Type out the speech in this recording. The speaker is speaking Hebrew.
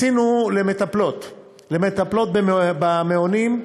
עשינו למטפלות במעונות,